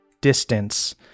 distance